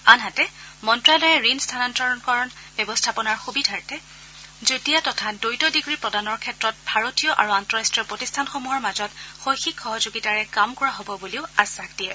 আনহাতে মন্ত্ৰালয়ে ঋণ স্থানান্তৰকৰণ ব্যৱস্থাপনাৰ সুবিধাৰে যুটীয়া তথা দ্বৈত ডিগ্ৰী প্ৰদানৰ ক্ষেত্ৰত ভাৰতীয় আৰু আন্তঃৰাষ্টীয় প্ৰতিষ্ঠানসমূহৰ মাজত শৈক্ষিক সহযোগিতাৰে কাম কৰা হ'ব বুলিও আশ্বাস দিয়ে